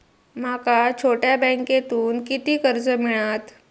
माका छोट्या बँकेतून किती कर्ज मिळात?